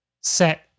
set